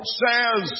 says